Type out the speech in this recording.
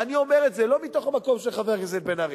ואני אומר את זה לא מהמקום של חבר הכנסת בן-ארי,